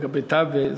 לגבי טייבה,